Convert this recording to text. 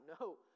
no